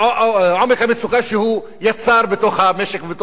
יצר בתוך המשק ובתוך החברה בישראל.